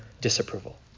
disapproval